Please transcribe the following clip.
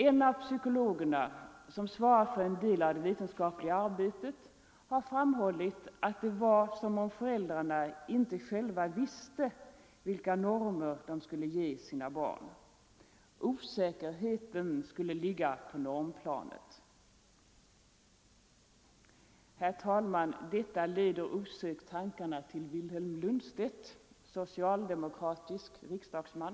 En av psykologerna, som svarar för en del av det vetenskapliga arbetet, har framhållit att det var som om föräldrarna inte själva visste vilka normer de skulle ge sina barn. Osäkerheten skulle ligga på normplanet. Herr talman! Detta leder osökt tankarna till Vilhelm Lundstedt, socialdemokratisk riksdagsman.